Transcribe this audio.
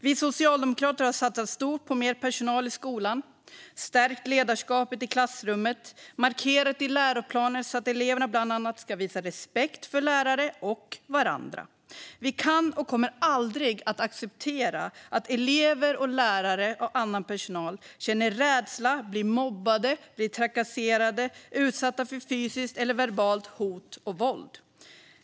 Vi socialdemokrater har satsat stort på mer personal i skolan, stärkt ledarskapet i klassrummet och markerat i läroplaner så att eleverna bland annat ska visa respekt för lärare och varandra. Vi kan aldrig och kommer aldrig att acceptera att elever, lärare eller annan personal känner rädsla eller blir mobbade, trakasserade eller utsatta för fysiska eller verbala hot eller våld.